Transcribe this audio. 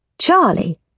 Charlie